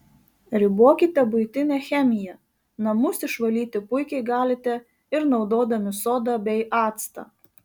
ribokite buitinę chemiją namus išvalyti puikiai galite ir naudodami sodą bei actą